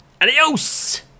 Adios